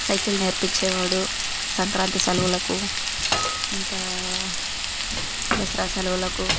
cycle నేర్పిచ్చేవాడు సంక్రాంతి సెలవులకు ఇంకా దసరా సెలవులకు